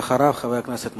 ואחריו, חבר הכנסת מוזס.